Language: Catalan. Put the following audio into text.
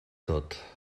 tot